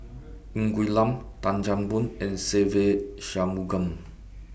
Ng Quee Lam Tan Chan Boon and Se Ve Shanmugam